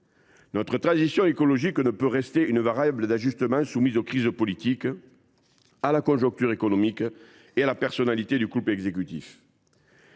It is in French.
Notre transition écologique ne peut rester une variable d’ajustement soumise aux crises politiques, à la conjoncture économique et à la personnalité du couple exécutif.